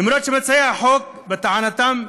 למרות שמציעי החוק, לטענתם,